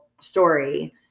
story